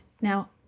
Now